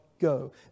go